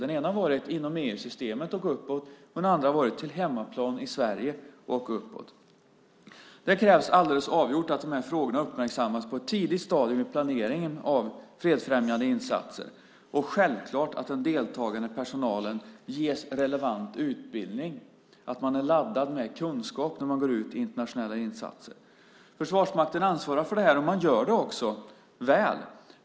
Den ena var inom EU-systemet och uppåt, och den andra var på hemmaplan i Sverige och uppåt. Det krävs alldeles avgjort att de här frågorna uppmärksammas på ett tidigt stadium i planeringen av fredsfrämjande insatser och självklart att den deltagande personalen ges relevant utbildning, att man är laddad med kunskap när man går ut i internationella insatser. Försvarsmakten ansvarar för det här, och man gör det också väl.